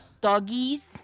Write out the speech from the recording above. doggies